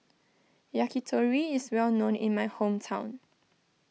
Yakitori is well known in my hometown